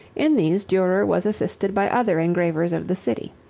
in these durer was assisted by other engravers of the city.